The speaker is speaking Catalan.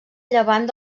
llevant